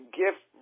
gift